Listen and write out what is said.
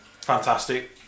fantastic